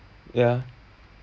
ya